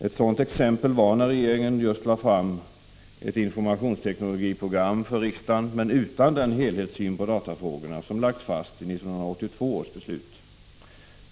Ett exempel på det var när regeringen lade fram ett informationsteknologiprogram för riksdagen men utan den helhetssyn på datafrågorna som lagts fast i 1982 års beslut.